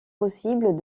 possible